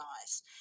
nice